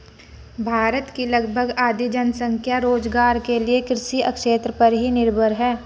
भारत की लगभग आधी जनसंख्या रोज़गार के लिये कृषि क्षेत्र पर ही निर्भर है